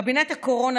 קבינט הקורונה,